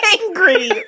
angry